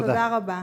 תודה רבה.